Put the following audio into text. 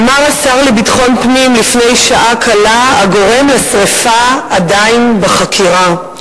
אמר השר לביטחון פנים לפני שעה קלה: הגורם לשרפה עדיין בחקירה.